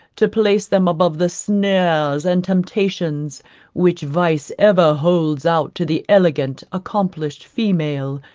to place them above the snares and temptations which vice ever holds out to the elegant, accomplished female,